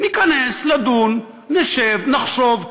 ניכנס לדון, נשב, נחשוב.